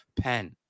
pen